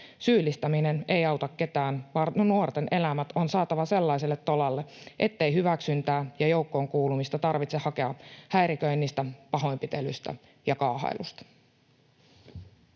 Syyllistäminen ei auta ketään. Nuorten elämät on saatava sellaiselle tolalle, ettei hyväksyntää ja joukkoon kuulumista tarvitse hakea häiriköinnistä, pahoinpitelyistä ja kaahailusta.